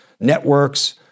networks